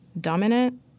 dominant